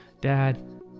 dad